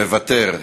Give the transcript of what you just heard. מוותר.